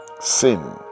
sin